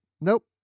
nope